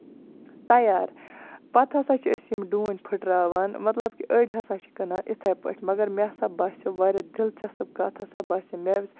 تَیار پَتہٕ ہسا چھِ أسۍ یِم ڈوٗنۍ پھٹراوان مطلب کہِ أڑۍ ہسا چھِ کٕنان اِتھٕے پٲٹھۍ مَگر مےٚ سا باسیٚو واریاہ دِلچَسٕپ کَتھ ہسا باسے مےٚ